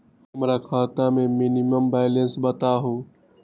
हमरा खाता में मिनिमम बैलेंस बताहु?